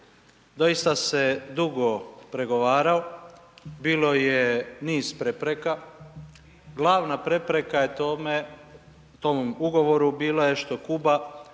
doista se dugo pregovarao, bilo je niz prepreka. Glavna prepreka je tome, tom ugovoru bila je što Kuba